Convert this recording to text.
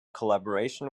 collaboration